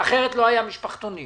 אחרת לא היה משפחתונים